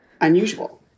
unusual